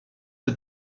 peu